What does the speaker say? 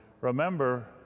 remember